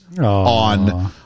on